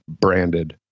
branded